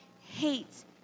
hates